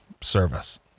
service